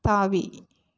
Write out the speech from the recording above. தாவி